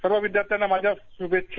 सर्व विदयाश्र्यांना माझ्या श्भेच्छा